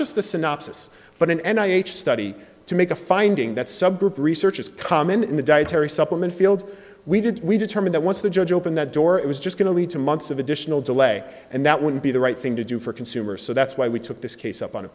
just the synopsis but an end i h study to make a finding that subgroup research is common in the dietary supplement field we did we determine that once the judge opened that door it was just going to lead to months of additional delay and that would be the right thing to do for consumers so that's why we took this case up on a